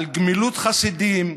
על גמילות חסדים,